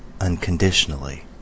unconditionally